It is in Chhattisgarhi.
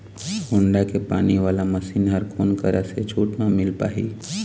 होण्डा के पानी वाला मशीन हर कोन करा से छूट म मिल पाही?